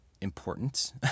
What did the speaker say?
important